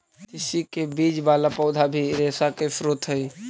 तिस्सी के बीज वाला पौधा भी रेशा के स्रोत हई